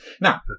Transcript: Now